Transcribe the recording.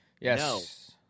Yes